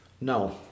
No